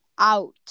Out